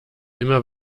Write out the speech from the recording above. immer